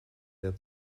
wer